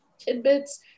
Tidbits